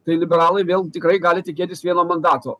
tai liberalai vėl tikrai gali tikėtis vieno mandato